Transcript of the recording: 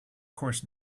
course